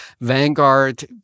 Vanguard